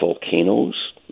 volcanoes